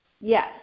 yes